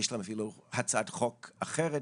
יש להם אפילו הצעת חוק אחרת,